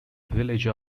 village